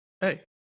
Hey